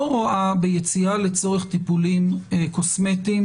לא רואה ביציאה לצורך טיפולים קוסמטיים